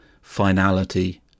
finality